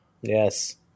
Yes